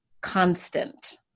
constant